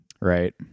Right